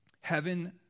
heaven